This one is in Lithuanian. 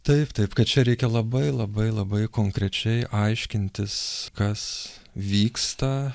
taip taip kad čia reikia labai labai labai konkrečiai aiškintis kas vyksta